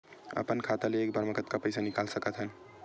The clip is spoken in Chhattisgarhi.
अपन खाता ले एक बार मा कतका पईसा निकाल सकत हन?